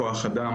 כוח אדם,